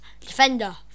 defender